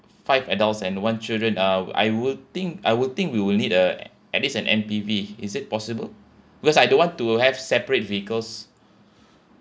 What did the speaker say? five adults and one children uh I would think I would think we will need a at least an M_P_V is it possible because I don't want to have separate vehicles